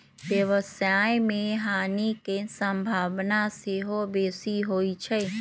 व्यवसाय में हानि के संभावना सेहो बेशी होइ छइ